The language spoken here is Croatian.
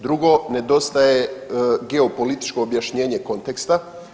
Drugo nedostaje geopolitičko objašnjenje konteksta.